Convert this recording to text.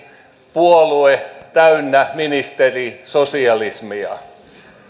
puolue täynnä ministerisosialismia